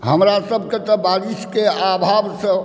हमरासभके तऽ बारिशके अभावसॅं